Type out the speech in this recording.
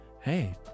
Hey